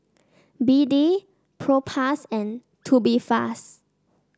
B D Propass and Tubifast